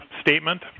statement